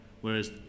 whereas